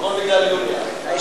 הכול בגלל יוליה.